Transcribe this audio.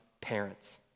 parents